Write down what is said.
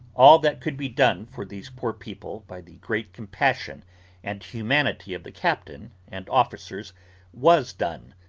all that could be done for these poor people by the great compassion and humanity of the captain and officers was done,